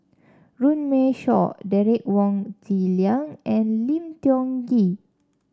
Runme Shaw Derek Wong Zi Liang and Lim Tiong Ghee